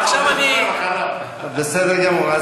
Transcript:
בסדר גמור.